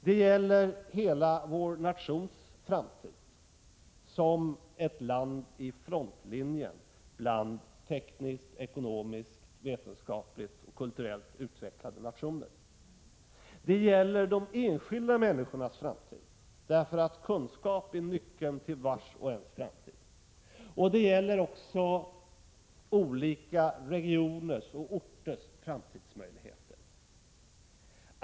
Det gäller hela Sveriges framtid som ett land i frontlinjen bland tekniskt, ekonomiskt, vetenskapligt och kulturellt utvecklade nationer. Det gäller de enskilda människornas framtid — därför att kunskap är nyckeln till vars och ens framtid. Det gäller också olika regioners och orters framtidsmöjligheter.